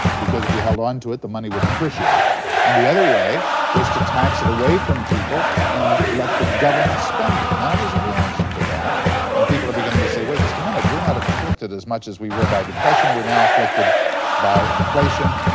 because if you held on to it, the money would depreciate and the other way was to tax it away from people and let the government spend it. now there's a reaction to that and people are beginning to say, wait just a minute. we're not afflicted as much as we were by and we're now afflicted by inflation,